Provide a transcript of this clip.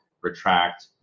retract